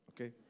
okay